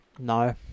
No